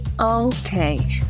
okay